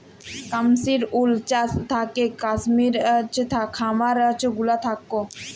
কাশ্মির উল চাস থাকেক কাশ্মির খামার গুলা থাক্যে